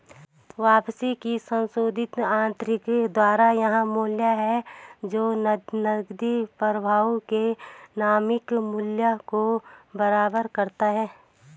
वापसी की संशोधित आंतरिक दर वह मूल्य है जो नकदी प्रवाह के नवीनतम मूल्य को बराबर करता है